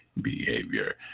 Behavior